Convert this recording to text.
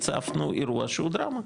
הצפנו אירוע שהוא דרמה,